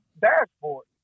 dashboard